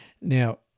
Now